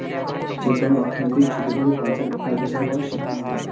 যেকোনো অর্থনৈতিক ঝুঁকি থেকে বাঁচার ব্যাবস্থাপনা শেখানো হয়